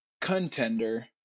contender